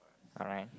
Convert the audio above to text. alright